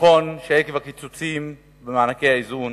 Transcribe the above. נכון שעקב הקיצוצים במענקי האיזון